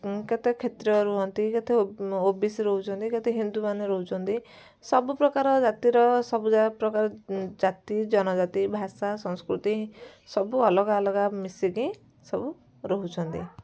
କେତେ କ୍ଷେତ୍ରୟ ରୁହନ୍ତି କେତେ ଓ ବି ସି ରହୁଛନ୍ତି କେତେ ହିନ୍ଦୁ ମାନେ ରହୁଛନ୍ତି ସବୁ ପ୍ରକାର ଜାତିର ସବୁଯାକ ପ୍ରକାର ଜାତି ଜନଜାତି ଭାଷା ସଂସ୍କୃତି ସବୁ ଅଲଗା ଅଲଗା ମିଶିକି ସବୁ ରହୁଛନ୍ତି